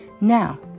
Now